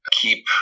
keep